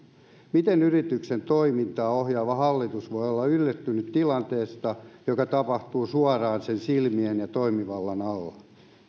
miten yrityksen toimintaa ohjaava hallitus voi olla yllättynyt tilanteesta joka tapahtuu suoraan sen silmien ja toimivallan alla